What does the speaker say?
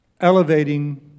elevating